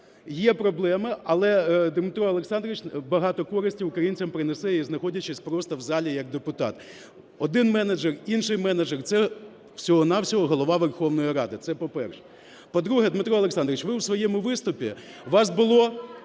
Є проблеми, але Дмитро Олександрович багато користі українцям принесе і знаходячись просто в залі як депутат. Один менеджер, інший менеджер – це всього-на-всього Голова Верхової Ради. Це, по-перше. По-друге, Дмитро Олександрович, ви в своєму виступі… У вас було